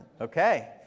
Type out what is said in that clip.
Okay